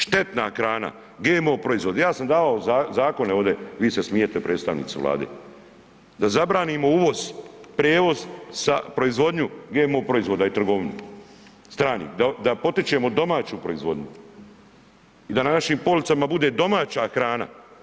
Štetna hrana, GMO proizvodi, ja sam davao zakone ovdje, vi se smijete predstavnici Vlade, da zabranimo uvoz, prevoz sa, proizvodnju GMO proizvoda i trgovinu, stranih, da potičemo domaću proizvodnju i da na našim policama bude domaća hrana.